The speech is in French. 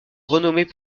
renommée